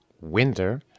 winter